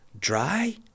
dry